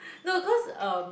no cause um